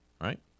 right